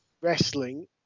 wrestling